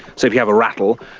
so if you have a rattle,